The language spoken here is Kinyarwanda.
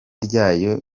ryayo